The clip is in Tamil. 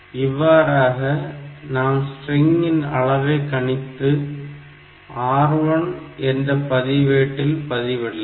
இவ்வாறாக நாம் ஸ்ட்ரிங்கின் அளவைக் கணித்து R1 என்ற பதிவேட்டில் பதிவிடலாம்